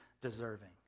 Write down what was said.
deserving